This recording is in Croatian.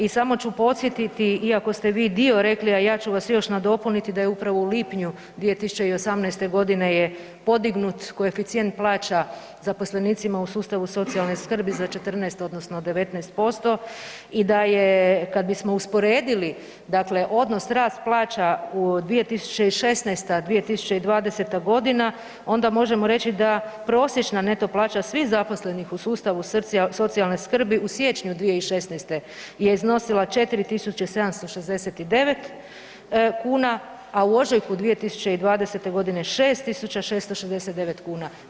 I samo ću podsjetiti, iako ste vi dio rekli, a ja ću vas još nadopuniti da je upravo u lipnju 2018.g. je podignut koeficijent plaća zaposlenicima u sustavu socijalne skrbi za 14 odnosno 19% i da je kad bismo usporedili, dakle odnos rast plaća u 2016., 2020.g. onda možemo reći da prosječna neto plaća svih zaposlenih u sustavu socijalne skrbi u siječnju 2016. je iznosila 4.769 kuna, a u ožujku 2020.g. 6.669 kuna.